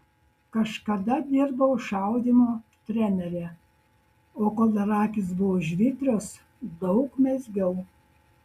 kažkada dirbau šaudymo trenere o kol dar akys buvo žvitrios daug mezgiau